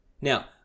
Now